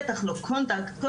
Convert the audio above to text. בטח לא Conduct ,